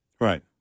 Right